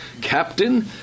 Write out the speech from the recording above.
captain